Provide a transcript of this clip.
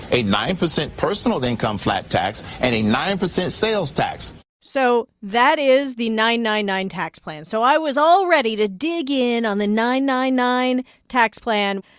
a nine percent personal income flat tax tax and a nine percent sales tax so that is the nine nine nine tax plan. so i was all ready to dig in on the nine nine nine tax plan,